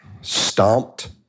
stomped